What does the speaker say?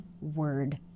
word